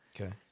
Okay